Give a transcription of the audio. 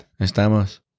Estamos